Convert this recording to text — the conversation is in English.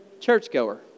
churchgoer